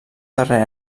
darrer